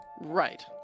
Right